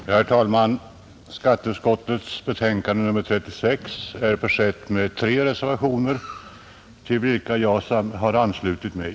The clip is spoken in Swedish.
Herr talman! Skatteutskottets betänkande nr 36 är försett med tre reservationer, till vilka jag har anslutit mig.